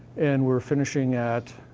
and we're finishing at.